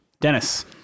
dennis